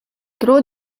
tro